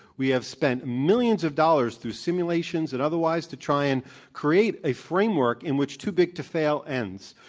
we have spent millions of dollars through simulations and otherwise to try and create a framework in which too big to fail ends.